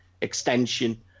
extension